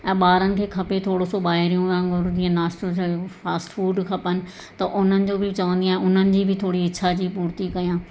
ऐं ॿारनि खे खपे थोरो सो ॿाहिरियों वांगुरु जीअं नाश्तो चयो फास्ट फूड खपनि त उन्हनि जो बि चवंदी आहियां उन्हनि जी बि थोरी इछा जी पूर्ति कयां